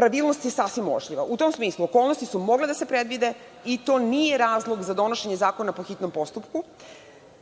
Pravilnost je sasvim uočljiva.U tom smislu, okolnosti su mogle da se predvide i to nije razlog za donošenje zakona po hitnom postupku.